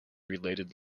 related